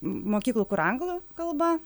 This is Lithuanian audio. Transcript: mokyklų kur anglų kalba